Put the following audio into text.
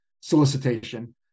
solicitation